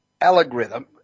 algorithm